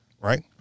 right